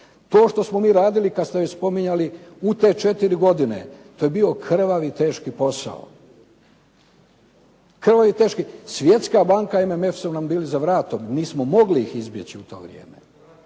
To što smo mi radili kad ste već spominjali u te četiri godine to je bio krvavi teški posao. Svjetska banka i MMF su nam bili za vratom, nismo mogli ih izbjeći u to vrijeme.